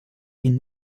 ihn